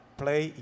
play